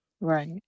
Right